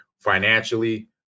financially